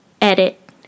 edit